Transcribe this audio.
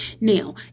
now